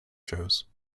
shows